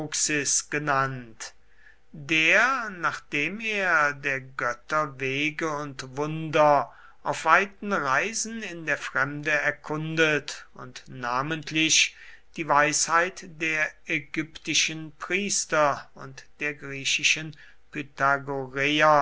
genannt der nachdem er der götter wege und wunder auf weiten reisen in der fremde erkundet und namentlich die weisheit der ägyptischen priester und der griechischen